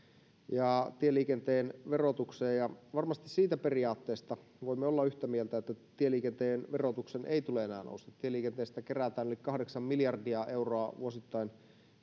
ja tieliikenteen verotukseen ja varmasti siitä periaatteesta voimme olla yhtä mieltä että tieliikenteen verotuksen ei tule enää nousta tieliikenteestä kerätään yli kahdeksan miljardia euroa vuosittain